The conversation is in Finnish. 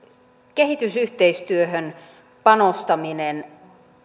kehitysyhteistyöhön panostaminen